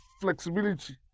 flexibility